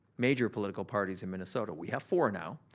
major political parties in minnesota, we have four now,